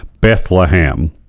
Bethlehem